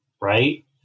right